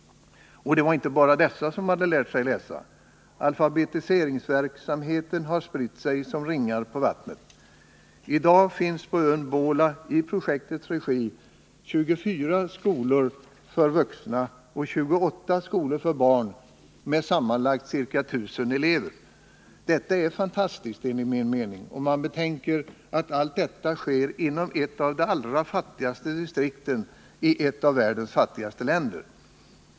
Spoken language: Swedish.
Och det var inte bara dessa som hade lärt sig läsa. Alfabetiseringsverksamheten har spritt sig som ringar på vattnet. I dag finns på ön Bhola, i projektets regi, 24 skolor för vuxna och 28 skolor för barn med sammanlagt ca 1 000 elever. Detta är fantastiskt, enligt min mening, om man betänker att allt detta sker inom ett av de allra fattigaste distrikten i ett av världens fattigaste länder.